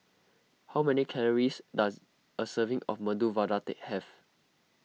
how many calories does a serving of Medu Vada they have